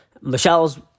Michelle's